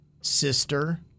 Sister